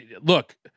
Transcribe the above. look